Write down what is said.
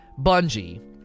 Bungie